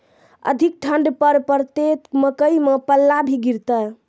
अधिक ठंड पर पड़तैत मकई मां पल्ला भी गिरते?